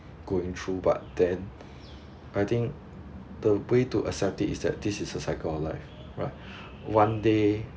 going through but then I think the way to accept it is that this is a cycle of life right one day